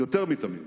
יותר מתמיד